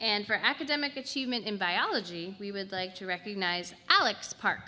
and for academic achievement in biology we would like to recognize alex par